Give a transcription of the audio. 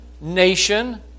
nation